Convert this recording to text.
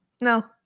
No